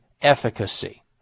efficacy